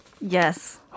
Yes